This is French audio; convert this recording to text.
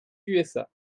usa